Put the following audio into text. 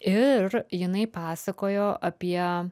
ir jinai pasakojo apie